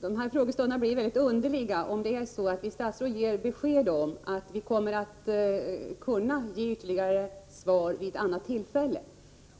Fru talman! Frågestunderna blir väldigt underliga om vi statsråd svarar att vi kan ge ytterligare besked vid ett annat tillfälle